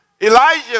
Elijah